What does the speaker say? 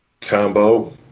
combo